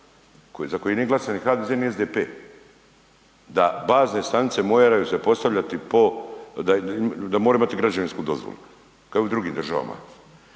za koji nije glasao niti HDZ-e, niti SDP-e da bazne stanice moraju se postavljati da moraju imati građevinsku dozvolu kao u drugim državama.